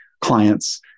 clients